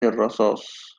الرصاص